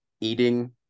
eating